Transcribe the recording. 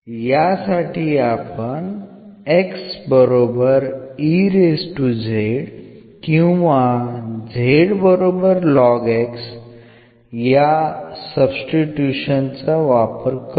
यासाठी आपण किंवा या सब्स्टिट्यूशन चा वापर करू